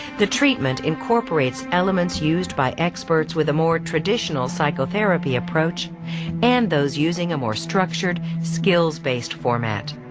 the treatment incorporates elements used by experts with a more traditional psychotherapy approach and those using a more structured skilled-based format.